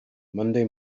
monday